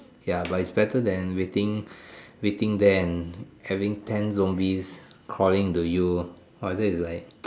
ya but it's better than waiting waiting there and having ten zombies crawling into you ah that is like